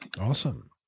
Awesome